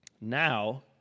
Now